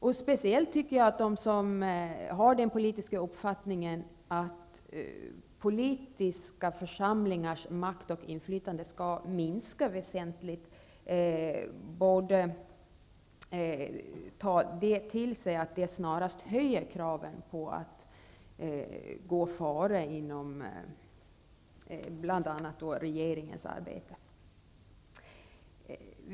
Jag tycker att de som har den politiska uppfattningen att politiska församlingars makt och inflytande skall minska väsentligt borde ta till sig att det snarare höjer kravet på att gå före bl.a. inom regeringens arbete.